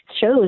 shows